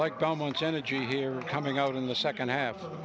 like dominance energy here coming out in the second half of the